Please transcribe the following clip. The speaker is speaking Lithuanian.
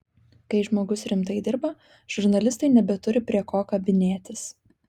kai žmogus rimtai dirba žurnalistai nebeturi prie ko kabinėtis